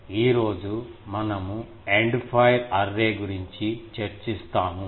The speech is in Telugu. ఈ రోజు మనము ఎండ్ ఫైర్ అర్రే గురించి చర్చిస్తాము